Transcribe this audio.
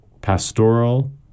pastoral